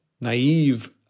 naive